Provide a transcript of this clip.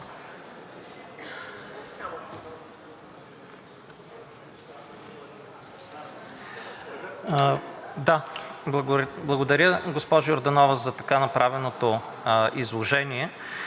Благодаря, госпожо Йорданова, за така направеното изложение.